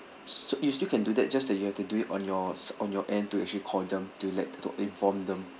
so you still can do that just that you have to do it on yours on your end to actually call them to let to inform them